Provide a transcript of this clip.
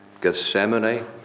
Gethsemane